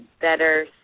better